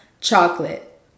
chocolate